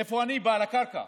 איפה אני, בעל הקרקע?